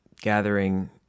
gathering